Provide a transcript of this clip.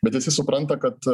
bet visi supranta kad